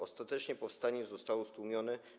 Ostatecznie powstanie zostało stłumione.